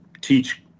teach